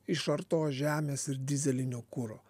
išartos žemės ir dyzelinio kuro